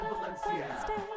Valencia